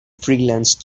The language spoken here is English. freelance